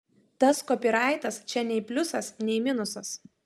tas kopyraitas čia nei pliusas nei minusas